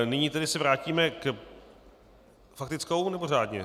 Nyní tedy se vrátíme k... Faktickou, nebo řádně?